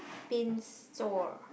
pin store